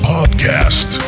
Podcast